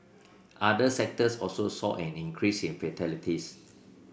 other sectors also saw an increase in fatalities